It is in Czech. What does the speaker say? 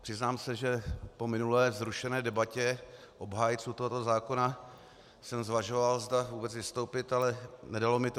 Přiznám se, že po minulé vzrušené debatě obhájců tohoto zákona jsem zvažoval, zda vůbec vystoupit, ale nedalo mi to.